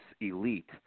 elite